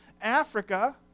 Africa